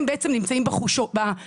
הם בעצם נמצאים בשוחות.